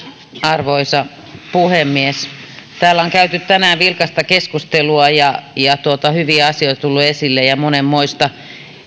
arvoisa puhemies täällä on käyty tänään vilkasta keskustelua ja ja hyviä asioita on tullut esille ja monenmoista